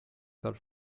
got